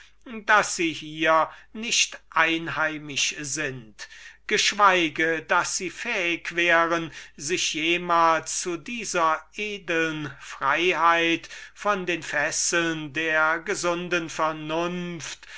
daß sie hier nicht einheimisch sind geschweige daß sie fähig wären sich jemals zu dieser edeln freiheit von den fesseln der gesunden vernunft